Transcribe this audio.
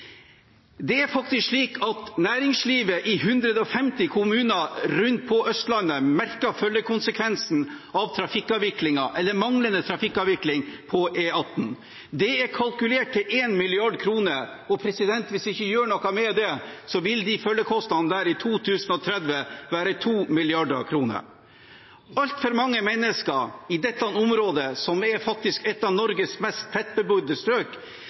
Det er faktisk slik at næringslivet i 150 kommuner rundt om på Østlandet merker følgekonsekvensen av trafikkavviklingen, eller den manglende trafikkavviklingen, på E18. Dette er kalkulert til 1 mrd. kr årlig, og hvis man ikke gjør noe med det, vil de følgekostnadene i 2030 være 2 mrd. kr. Altfor mange mennesker i dette området, som faktisk er et av Norges mest tettbebodde strøk,